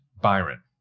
byron